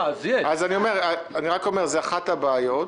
זאת אחת הבעיות.